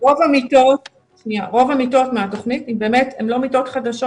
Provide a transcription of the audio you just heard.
רוב המיטות מהתכנית, באמת, הן לא מיטות חדשות.